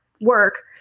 work